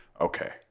okay